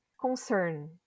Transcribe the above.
concern